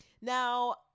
Now